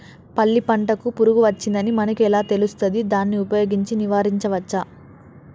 పల్లి పంటకు పురుగు వచ్చిందని మనకు ఎలా తెలుస్తది దాన్ని ఉపయోగించి నివారించవచ్చా?